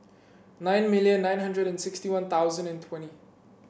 nine million nine hundred and sixty One Thousand and twenty